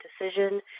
decision